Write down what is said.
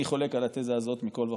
אני חולק על התזה הזאת מכל וכול,